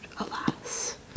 alas